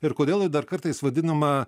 ir kodėl ji dar kartais vadinama